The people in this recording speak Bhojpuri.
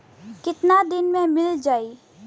कितना दिन में मील जाई?